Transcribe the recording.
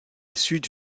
sud